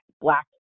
Black